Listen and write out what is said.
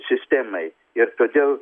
sistemai ir todėl